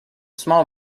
small